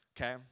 Okay